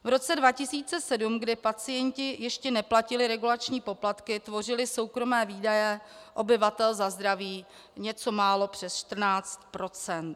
V roce 2007, kdy pacienti ještě neplatili regulační poplatky, tvořily soukromé výdaje obyvatel za zdraví něco málo přes 14 %.